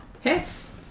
hits